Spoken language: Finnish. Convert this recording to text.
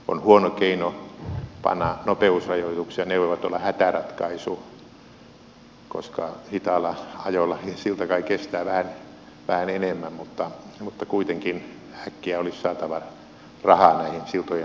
on huono keino panna nopeusrajoituksia ne voivat olla hätäratkaisu koska hitaalla ajolla silta kai kestää vähän enemmän mutta kuitenkin äkkiä olisi saatava rahaa lisää siltojen tärkeisiin peruskorjauksiin